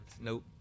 Nope